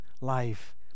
life